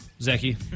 Zachy